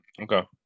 okay